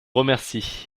remercie